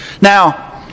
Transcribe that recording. Now